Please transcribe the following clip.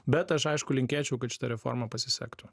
bet aš aišku linkėčiau kad šita reforma pasisektų